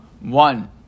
One